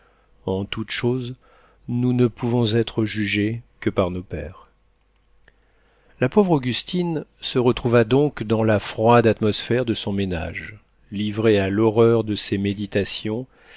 en toute chose nous ne pouvons être jugés que par nos pairs la pauvre augustine se retrouva donc dans la froide atmosphère de son ménage livrée à l'horreur de ses méditations